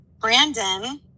Brandon